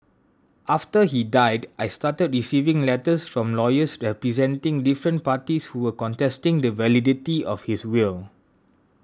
after he died I started receiving letters from lawyers representing different parties who were contesting the validity of his will